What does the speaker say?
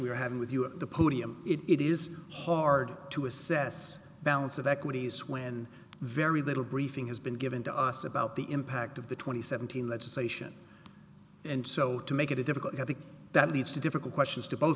discussion we're having with you at the podium it is hard to assess balance of equities when very little briefing has been given to us about the impact of the twenty seventeen legislation and so to make it difficult i think that leads to difficult questions to both